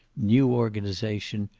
new organization,